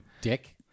Dick